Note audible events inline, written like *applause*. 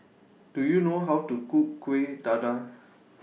Do YOU know How to Cook Kuih Dadar *noise*